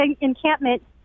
encampment